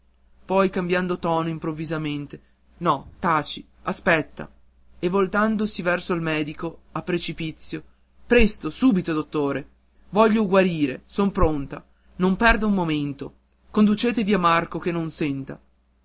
poi cambiando tono improvvisamente no taci aspetta e voltandosi verso il medico a precipizio presto subito dottore voglio guarire son pronta non perda un momento conducete via marco che non senta